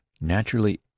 naturally